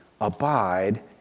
Abide